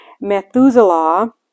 Methuselah